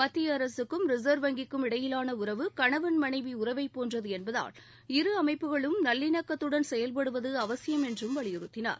மத்திய அரசுக்கும் ரிசா்வ் வங்கிக்கும் இடையிலான உறவு கணவன் மனைவி உறவை போன்றது என்பதால் இரு அமைப்புகளும் நல்லிணக்கத்துடன் செயல்படுவது அவசியம் என்றும் வலியுறுத்தினார்